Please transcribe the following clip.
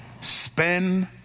spend